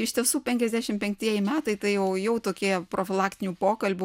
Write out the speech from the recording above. iš tiesų penkiasdešimt penktieji metai tai jau jau tokie profilaktinių pokalbių